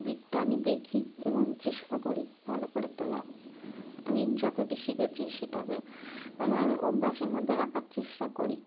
দিকটা আমি দেখি এবং চেষ্টা করি ভালো করে তোলা আমি যতটা শিখেছি সেটাকে আমার অভ্যাসের মধ্যে রাখার চেষ্টা করি